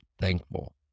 thankful